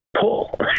pull